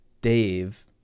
Dave